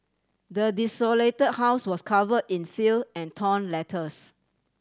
the desolate house was cover in filth and torn letters